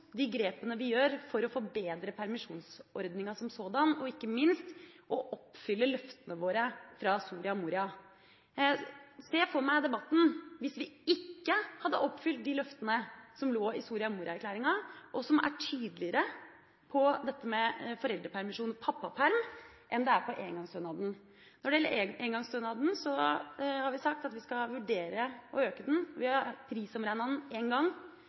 de grepene vi gjør for å forbedre permisjonsordninga som sådan og ikke minst for å oppfylle løftene våre fra Soria Moria. Jeg ser for meg debatten hvis vi ikke hadde oppfylt de løftene som lå i Soria Moria-erklæringa, og som er tydeligere på dette med foreldrepermisjon og pappaperm enn på engangsstønaden. Når det gjelder engangsstønaden, har vi sagt at vi skal vurdere å øke den. Vi har prisomregnet den én gang.